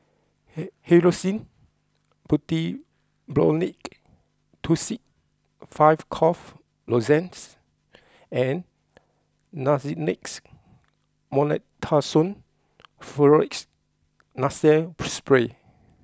Hyoscine Butylbromide Tussils Five Cough Lozenges and Nasonex Mometasone Furoate Nasal Spray